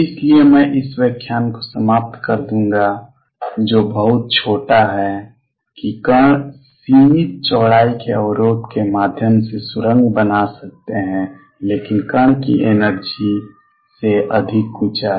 इसलिए मैं इस व्याख्यान को समाप्त कर दूंगा जो बहुत छोटा है कि कण सीमित चौड़ाई के अवरोध के माध्यम से सुरंग बना सकते हैं लेकिन कण की एनर्जी से अधिक ऊंचाई